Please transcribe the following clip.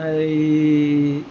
এই